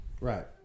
Right